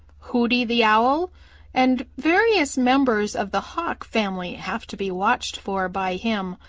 hooty the owl and various members of the hawk family have to be watched for by him.